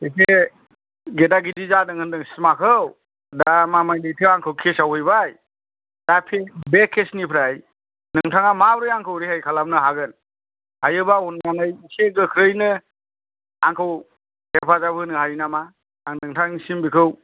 एसे गेदा गिदि जादों होनदों सिमाखौ दा मामाय लैथोआ आंखौ केस हैबाय दा बे केसनिफ्राय नोंथाङा माबोरै आंखौ रैखा खालामनो हागोन हायोबा अननानै एसे गोख्रैयैनो आंखौ हेफाजाब होनो हायो नामा आं नोंथांनिसिम बेखौ